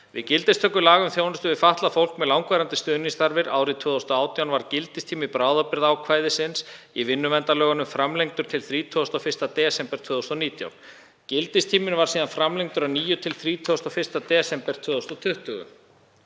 Við gildistöku laga um þjónustu við fatlað fólk með langvarandi stuðningsþarfir, árið 2018, var gildistími bráðabirgðaákvæðisins í vinnuverndarlögunum framlengdur til 31. desember 2019. Gildistíminn var síðan framlengdur að nýju til 31. desember 2020.